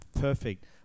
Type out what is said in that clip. perfect